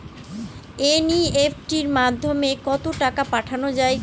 NEFT মাধ্যমে কত টাকা পাঠানো যায়?